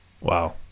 Wow